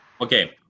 Okay